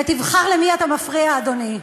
ותבחר למי אתה מפריע, אדוני.